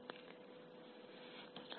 વિદ્યાર્થીઃ આવો